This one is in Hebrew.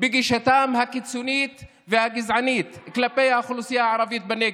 בגישתם הקיצונית והגזענית כלפי האוכלוסייה הערבית בנגב.